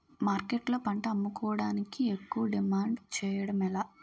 మార్కెట్లో పంట అమ్ముకోడానికి ఎక్కువ డిమాండ్ చేయడం ఎలా?